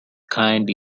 kind